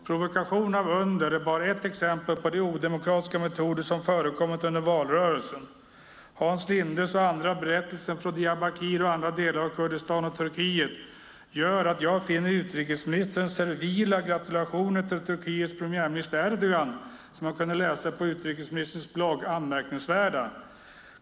Provokationen av Önder är bara ett exempel på de odemokratiska metoder som förekommit under valrörelsen. Hans Lindes och andras berättelser från Diyarbakir och andra delar av Kurdistan och Turkiet gör att jag finner utrikesministerns servila gratulationer till Turkiets premiärminister Erdogan, som man kunnat läsa om på utrikesministerns blogg, anmärkningsvärda.